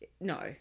no